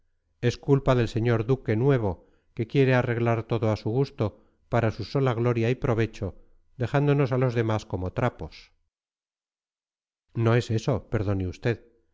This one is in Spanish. es culpa del señor duque nuevo que quiere arreglar todo a su gusto para su sola gloria y provecho dejándonos a los demás como trapos no es eso perdone usted